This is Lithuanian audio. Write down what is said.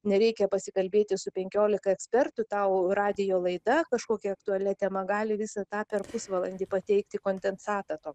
nereikia pasikalbėti su penkiolika ekspertų tau radijo laida kažkokia aktualia tema gali visą tą per pusvalandį pateikti kondensatą to